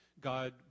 God